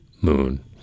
moon